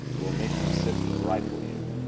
we'll make you sit, and rifle you.